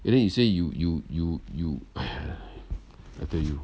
and then you say you you you you 哎 I tell you